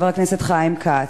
חבר הכנסת חיים כץ.